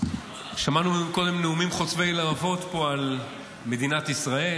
שמענו קודם נאומים חוצבי להבות פה על מדינת ישראל,